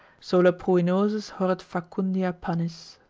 sola pruinosis horret facundia pannis.